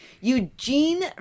Eugene